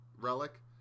relic